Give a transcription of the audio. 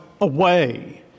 away